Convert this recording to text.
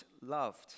loved